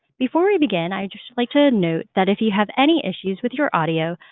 before we begin, i'd just like to note that if you have any issues with your audio,